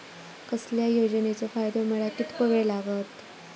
कसल्याय योजनेचो फायदो मेळाक कितको वेळ लागत?